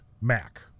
Mac